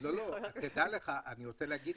היא חברתית.